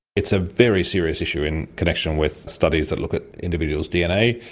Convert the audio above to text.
it's a very serious issue in connection with studies that look at individuals' dna.